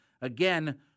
Again